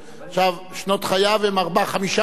עכשיו, שנות חייו הן ארבעה-חמישה דורות.